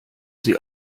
sie